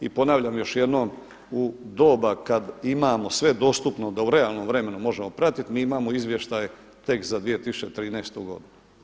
I ponavljam još jednom u doba kad imamo sve dostupno da u realnom vremenu možemo pratiti mi imamo izvještaj tek za 2013. godinu.